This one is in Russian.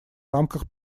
рамках